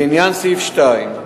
לעניין סעיף 2,